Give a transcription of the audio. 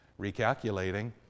recalculating